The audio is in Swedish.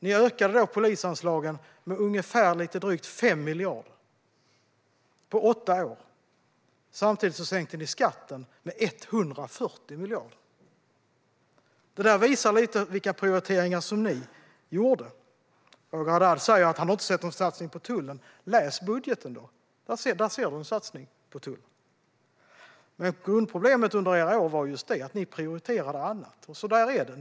Ni ökade polisanslagen med ungefär 5 miljarder, på åtta år. Samtidigt sänkte ni skatten med 140 miljarder. Det visar lite vilka prioriteringar som ni gjorde. Roger Haddad säger att han inte har sett någon satsning på tullen. Läs budgeten! Där ser du en satsning på tullen. Men grundproblemet under era år var just att ni prioriterade annat. Så är det.